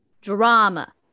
drama